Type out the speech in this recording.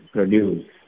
produce